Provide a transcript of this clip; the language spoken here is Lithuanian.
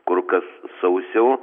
kur kas sausiau